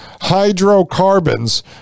hydrocarbons